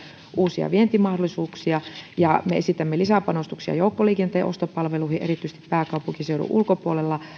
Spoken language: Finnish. uusia vientimahdollisuuksia me esitämme lisäpanostuksia joukkoliikenteen ostopalveluihin erityisesti pääkaupunkiseudun ulkopuolella